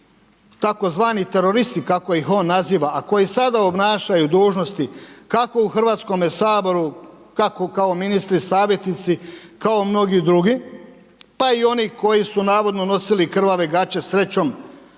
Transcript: njih tzv. teroristi kako ih on naziva a koji sada obnašaju dužnosti kako u Hrvatskome saboru, kako kao ministri, savjetnici, kao mnogi dr., pa i oni koji su navodno nosili krvave gaće srećom